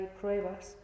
pruebas